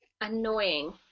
Annoying